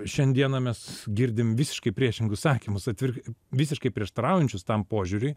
šiandieną mes girdim visiškai priešingus sakymus atvirai visiškai prieštaraujančius tam požiūriui